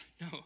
no